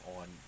on